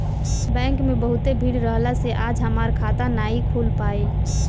bank में बहुते भीड़ रहला से आज हमार खाता नाइ खुल पाईल